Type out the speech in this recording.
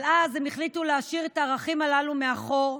אבל אז הם החליטו להשאיר את הערכים הללו מאחור,